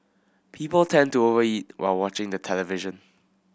people tend to over eat while watching the television